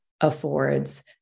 affords